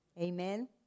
Amen